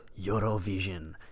Eurovision